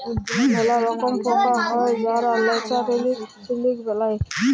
ম্যালা রকম পকা হ্যয় যারা ল্যাচারেলি সিলিক বেলায়